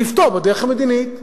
נפתור בדרך המדינית.